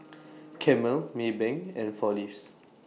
Camel Maybank and four Leaves